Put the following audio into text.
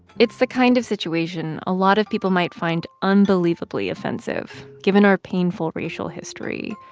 it's the kind of situation a lot of people might find unbelievably offensive given our painful racial history.